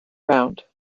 round